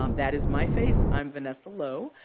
um that is my face. i'm vanessa lowe.